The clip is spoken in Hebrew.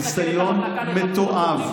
ניסיון מתועב.